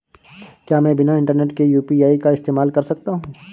क्या मैं बिना इंटरनेट के यू.पी.आई का इस्तेमाल कर सकता हूं?